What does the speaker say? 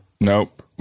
Nope